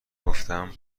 گفتم